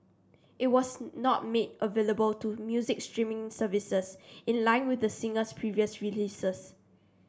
it was not made available to music streaming services in line with the singer's previous releases